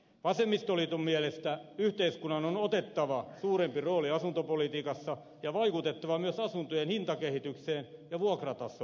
vasemmistoliiton mielestä yhteiskunnan on otettava suurempi rooli asuntopolitiikassa ja vaikutettava myös asuntojen hintakehitykseen ja vuokratasoon